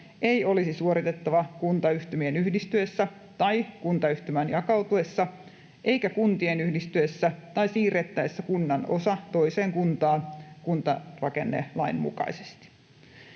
ei olisi suoritettava kuntayhtymien yhdistyessä tai kuntayhtymän jakautuessa eikä kuntien yhdistyessä tai siirrettäessä kunnan osa toiseen kuntaan kuntarakennelain mukaisesti.